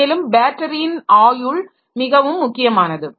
மேலும் பேட்டரியின் ஆயுள் மிகவும் முக்கியமானது